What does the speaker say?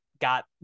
got